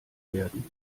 werden